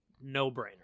No-brainer